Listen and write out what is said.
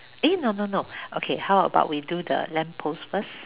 eh no no no okay how about we do the lamp post first